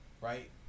Right